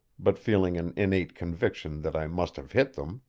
but feeling an innate conviction that i must have hit them.